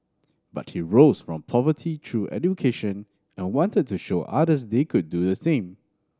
but he rose from poverty through education and wanted to show others they could do the same